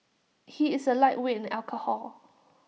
he is A lightweight in alcohol